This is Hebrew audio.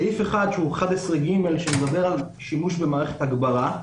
סעיף 11(ג) מדבר על שימוש במערכת הגברה,